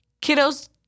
Kiddos